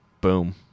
Boom